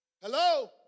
Hello